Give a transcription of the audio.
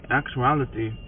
actuality